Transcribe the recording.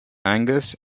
angus